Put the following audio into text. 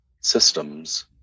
systems